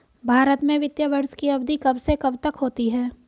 भारत में वित्तीय वर्ष की अवधि कब से कब तक होती है?